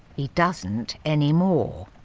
he doesn't anymore.